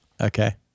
Okay